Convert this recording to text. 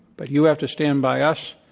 but you have to stand by us.